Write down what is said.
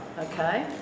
okay